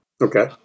Okay